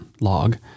log